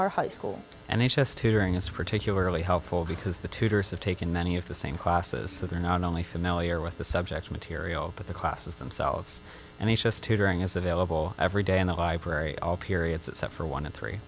our high school and h s tutoring is particularly helpful because the tutors have taken many of the same classes so they're not only familiar with the subject material but the classes themselves and he says tutoring is available every day in the library all periods itself are one and three